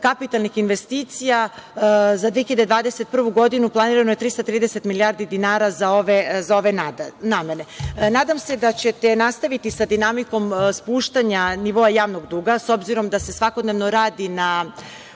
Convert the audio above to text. kapitalnih investicija za 2021. godinu planirano je 330 milijardi dinara za ove namene. Nadam se da ćete nastaviti sa dinamikom spuštanja nivoa javnog duga, s obzirom da se svakodnevno radi na